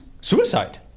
Suicide